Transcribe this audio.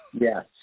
Yes